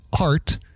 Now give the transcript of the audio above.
art